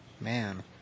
man